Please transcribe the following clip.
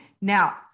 Now